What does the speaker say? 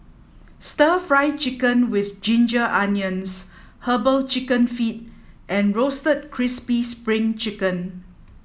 stir fry chicken with ginger onions herbal chicken feet and roasted crispy spring chicken